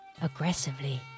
aggressively